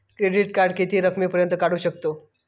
Credit card किती रकमेपर्यंत काढू शकतव?